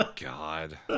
God